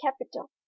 capital